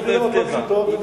יש דילמות לא פשוטות.